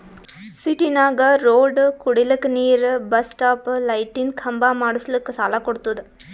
ಸಿಟಿನಾಗ್ ರೋಡ್ ಕುಡಿಲಕ್ ನೀರ್ ಬಸ್ ಸ್ಟಾಪ್ ಲೈಟಿಂದ ಖಂಬಾ ಮಾಡುಸ್ಲಕ್ ಸಾಲ ಕೊಡ್ತುದ